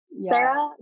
Sarah